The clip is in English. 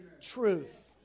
truth